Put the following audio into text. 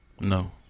No